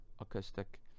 acoustic